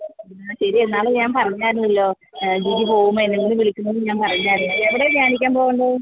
ആ ശരി എന്നാൽ അത് ഞാൻ പറഞ്ഞിരുന്നല്ലോ ജിജി പോവുമ്പോൾ എന്നെ കൂടി വിളിക്കണമെന്ന് ഞാൻ പറഞ്ഞിരുന്നു എവിടെയാണ് ധ്യാനിക്കാൻ പോവേണ്ടത്